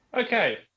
Okay